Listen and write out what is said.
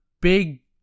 big